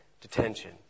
detention